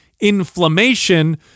inflammation